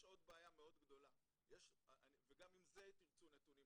יש עוד בעיה מאוד גדולה וגם אם זה תרצו נתונים,